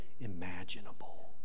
imaginable